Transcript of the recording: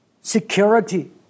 security